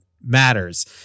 matters